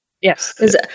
Yes